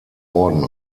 orden